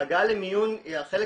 ההגעה למיון היא החלק